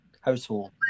Household